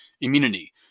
immunity